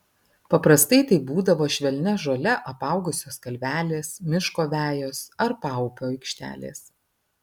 paprastai tai būdavo švelnia žole apaugusios kalvelės miško vejos ar paupio aikštelės